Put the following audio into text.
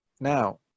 Now